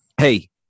hey